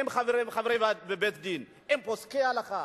הם חברי בית-דין, הם פוסקי הלכה?